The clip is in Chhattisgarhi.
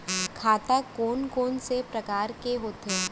खाता कोन कोन से परकार के होथे?